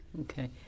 Okay